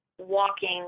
walking